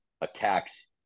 attacks